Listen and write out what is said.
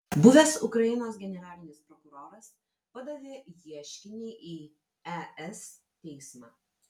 buvęs ukrainos generalinis prokuroras padavė ieškinį į es teismą